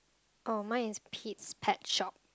oh mine is Pete's pet shop